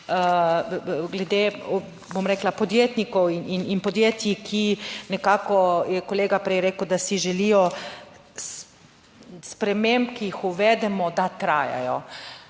na glede, bom rekla, podjetnikov in podjetij, ki nekako, je kolega prej rekel, da si želijo sprememb, ki jih uvedemo, da trajajo.